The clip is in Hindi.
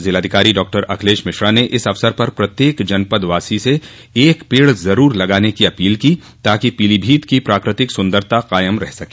जिलाधिकारी डॉक्टर अखिलेश मिश्रा ने इस अवसर पर प्रत्येक जनपदवासी से एक पेड़ जरूर लगाने की अपील की ताकि पीलीभीत की प्राकृतिक सुंदरता कायम रह सके